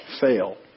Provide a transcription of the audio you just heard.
fail